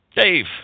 Dave